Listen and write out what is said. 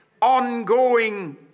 ongoing